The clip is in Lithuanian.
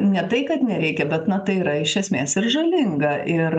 ne tai kad nereikia bet na tai yra iš esmės ir žalinga ir